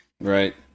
Right